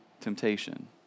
temptation